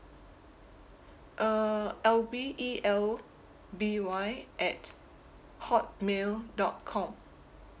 uh elby E L B Y at hotmail dot com